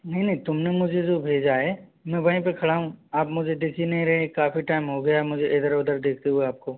नहीं नहीं तुमने मुझे जो भेजा है मैं वहीं पे खड़ा हूँ आप मुझे दिख ही नहीं रहे काफ़ी टाइम हो गया मुझे इधर उधर देखते हुए आपको